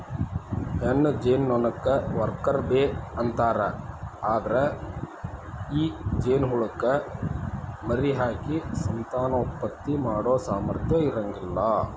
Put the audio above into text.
ಹೆಣ್ಣ ಜೇನನೊಣಕ್ಕ worker bee ಅಂತಾರ, ಅದ್ರ ಈ ಜೇನಹುಳಕ್ಕ ಮರಿಹಾಕಿ ಸಂತಾನೋತ್ಪತ್ತಿ ಮಾಡೋ ಸಾಮರ್ಥ್ಯ ಇರಂಗಿಲ್ಲ